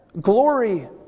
glory